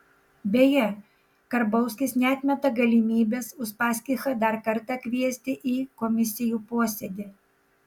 beje karbauskis neatmeta galimybės uspaskichą dar kartą kviesti į komisijų posėdį